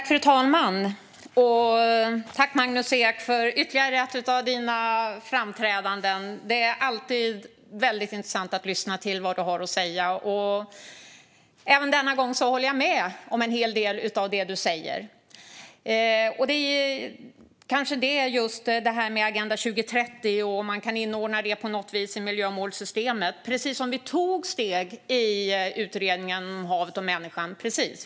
Fru talman! Tack, Magnus Ek, för ytterligare ett framträdande! Det är alltid väldigt intressant att lyssna till vad Magnus Ek har att säga. Även denna gång håller jag med om en hel del, kanske just när det gäller Agenda 2030 och om man kan inordna det på något vis i miljömålssystemet, precis som de steg vi tog i utredningen Havet och människan .